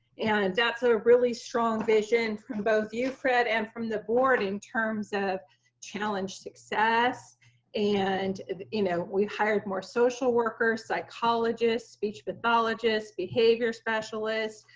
and that's a really strong vision from both you, fred, and from the board in terms of challenge success and you know, we hired more social workers, psychologists, speech pathologists, behavior specialists,